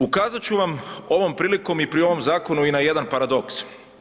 Ukazat ću vam ovom prilikom i pri ovom zakonu i na jedan paradoks.